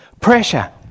pressure